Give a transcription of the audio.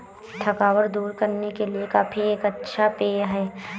थकावट दूर करने के लिए कॉफी एक अच्छा पेय है